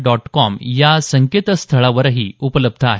dot com या संकेतस्थळावरही उपलब्ध आहे